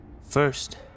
First